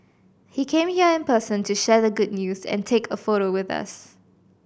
he came here in person to share the good news and take a photo with us